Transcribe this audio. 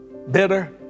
Bitter